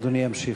אדוני ימשיך.